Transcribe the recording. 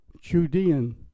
Judean